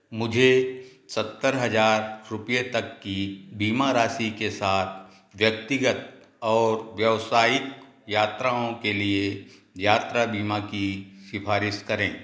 मुझे सत्तर हज़ार रुपये तक की बीमा राशि के साथ व्यक्तिगत और व्यावसायिक यात्राओं के लिए यात्रा बीमा की सिफ़ारिश करें